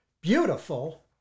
beautiful